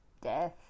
death